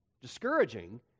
discouraging